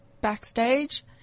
backstage